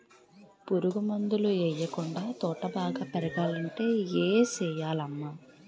పురుగు మందులు యెయ్యకుండా తోట బాగా పెరగాలంటే ఏ సెయ్యాలమ్మా